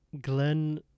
Glenn